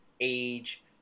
age